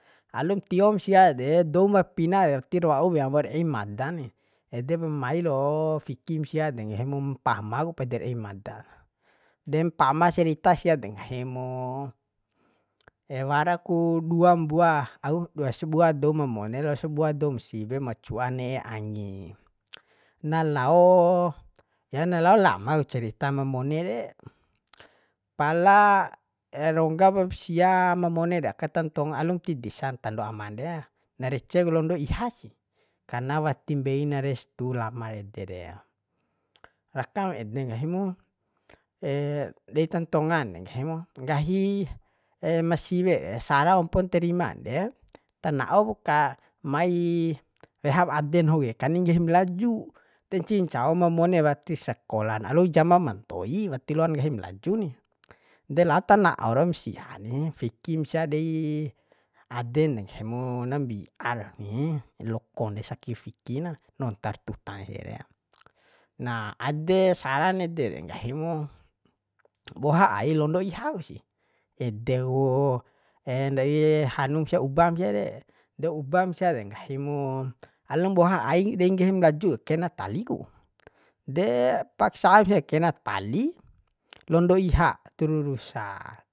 Alum tiom sia de douma pina re tirwa'u wean waur ei mada ni edepa mai lo fikim sia de nggahi mu mpama ku paidar ei mada de mpama serita sia de nggahi mo wara ku dua mbua au duasbua dou ma mone lao sbua doum siwe ma cua ne'e angi na lao ya na lao lama ku cerita ma mone re pala ronggapom sia ma mone de aka tantonga alum ti disan tando aman de na rece ku londo iha si karna wati mbeina restur lama ede re rakam ede nggahi mi dei tantonga de nggahimu nggahi ma siwe re sara ompon terima de tana'o ka mai wehap ade nahu ke kani nggahim laju ncihi ncao ma mone wati sakola na alum jaman ma ntoi wati loan nggahi ma laju ni de lao tana'o rom sia ni fikim sia dei aden nggahimu na mbiar ni lokon de saking fiki na nontar tutan ere na ade saran ede re nggahimu boha ia londo iha ku si ede ku dai hanum sia ubam sia re de ubam sia de nggahi mu alum boha ai dei nggahi ma laju ku ke na taliku de paksam sia ke na pali londo iha terusa